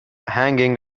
hanging